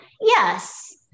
Yes